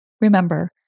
Remember